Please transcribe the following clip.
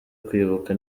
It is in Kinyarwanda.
kwibuka